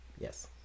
yes